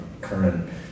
current